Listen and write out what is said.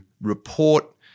report